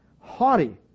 haughty